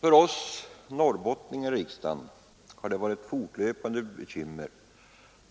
För oss norrbottningar i riksdagen har det varit ett fortlöpande bekymmer